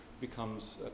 becomes